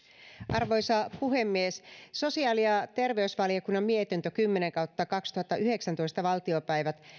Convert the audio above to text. arvoisa puhemies sosiaali ja terveysvaliokunnan mietintö kymmenen kautta kaksituhattayhdeksäntoista